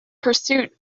pursuit